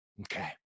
Okay